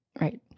Right